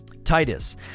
Titus